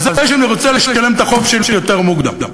על זה שאני רוצה לשלם את החוב שלי יותר מוקדם.